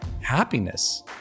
happiness